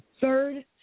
third